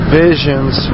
visions